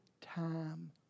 time